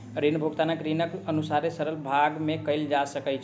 ऋण भुगतान ऋणीक अनुसारे सरल भाग में कयल जा सकै छै